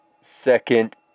second